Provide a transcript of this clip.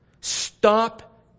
Stop